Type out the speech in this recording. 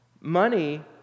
Money